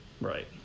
right